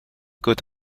cote